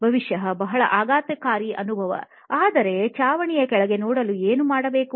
ಬಹುಶಃ ಬಹಳ ಆಘಾತಕಾರಿ ಅನುಭವ ಆದರೆ ಚಾವಣಿಯ ಕೆಳಗಡೆ ನೋಡಲು ಏನು ಮಾಡಬೇಕು